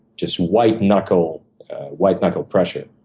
just white knuckle white knuckle pressure.